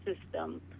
system